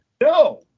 No